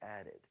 added